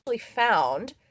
found